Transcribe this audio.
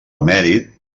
emèrit